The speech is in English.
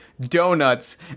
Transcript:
donuts